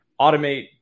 automate